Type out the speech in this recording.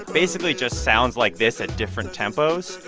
basically just sounds like this at different tempos,